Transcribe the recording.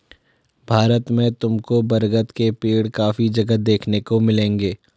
भारत में तुमको बरगद के पेड़ काफी जगह देखने को मिलेंगे